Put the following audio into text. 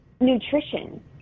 nutrition